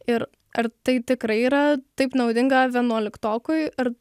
ir ar tai tikrai yra taip naudinga vienuoliktokui ar